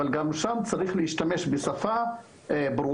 אבל גם שם צריך להשתמש בשפה ברורה,